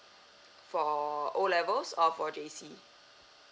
for O levels or for J_C